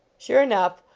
sure enough,